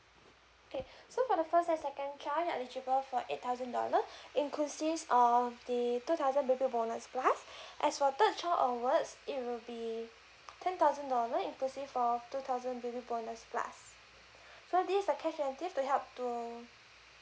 okay so for the first and second child you're eligible for eight thousand dollar inclusive err the two thousand baby bonus plus as for third child onwards it would be ten thousand dollars inclusive of two thousand baby bonus plus so this a cash gift to help to